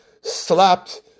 slapped